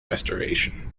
restoration